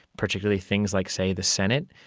particularly things like, say, the senate,